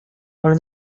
ale